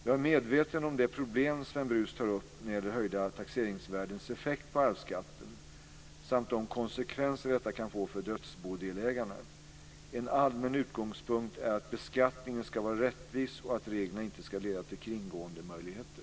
Jag är medveten om det problem Sven Brus tar upp när det gäller höjda taxeringsvärdens effekt på arvsskatten samt de konsekvenser detta kan få för dödsbodelägarna. En allmän utgångspunkt är att beskattningen ska vara rättvis och att reglerna inte ska leda till kringgåendemöjligheter.